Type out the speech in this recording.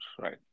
right